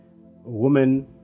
woman